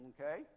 okay